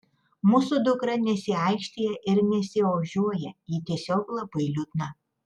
mūsų dukra nesiaikštija ir nesiožiuoja ji tiesiog labai liūdna